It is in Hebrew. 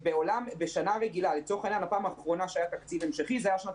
בשנה רגילה הפעם האחרונה שהיה תקציב המשכי זה שנת